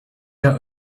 out